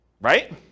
right